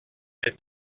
les